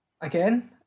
again